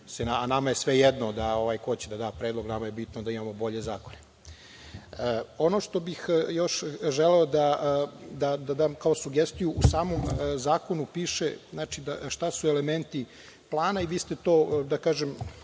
a nama je svejedno ko će da da predlog, nama je bitno da imamo bolje zakone. Ono što bih još želeo da dam kao sugestiju - u samom zakonu piše šta su elementi plana i vi ste to načelno